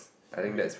okay